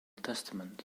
testament